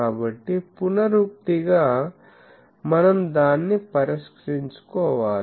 కాబట్టి పునరుక్తిగా మనం దాన్ని పరిష్కరించుకోవాలి